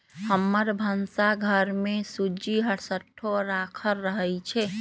हमर भन्सा घर में सूज्ज़ी हरसठ्ठो राखल रहइ छै